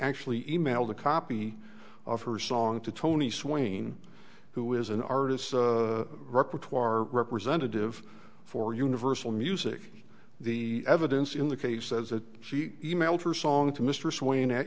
actually emailed a copy of her song to tony swain who is an artist repertoire representative for universal music the evidence in the case says that she e mailed her song to mr swain at